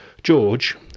George